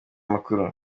makuru